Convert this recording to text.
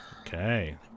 Okay